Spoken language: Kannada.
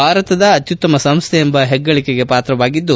ಭಾರತದ ಅತ್ಪುತ್ತಮ ಸಂಸ್ಥೆ ಎಂಬ ಹೆಗ್ಗಳಿಕೆಗೆ ಪಾತ್ರವಾಗಿದ್ದು